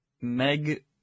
Meg